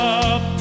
up